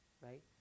Right